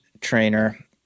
trainer